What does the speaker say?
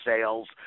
sales